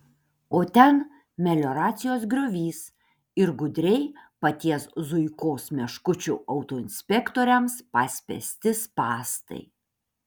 o ten melioracijos griovys ir gudriai paties zuikos meškučių autoinspektoriams paspęsti spąstai